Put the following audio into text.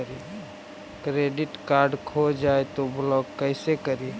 Credit card खो जाए तो ब्लॉक कैसे करी?